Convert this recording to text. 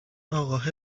اقاهه